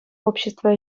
общество